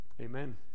Amen